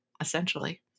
essentially